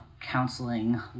counseling